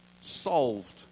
solved